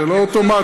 זה לא אוטומטי.